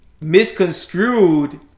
misconstrued